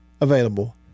available